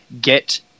get